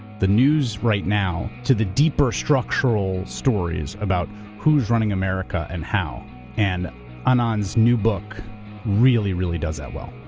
the news right now to the deeper structural stories about who's running america and how and anand's new book really really does that well.